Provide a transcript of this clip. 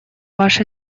ваш